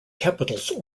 capitals